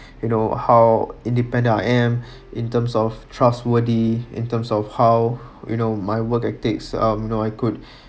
you know how independent I am in terms of trustworthy in terms of how you know my work at takes um you know I could